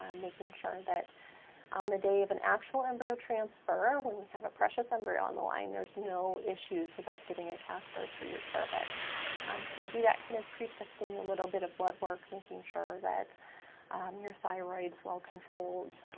um making sure that on the day of an actual embryo transfer, when we have a precious embryo on the line, there's no issues with us getting a catheter through your cervix. um so we'll do that kind of pretesting, a little bit of blood work, making sure that um your thyroid's well controlled,